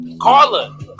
carla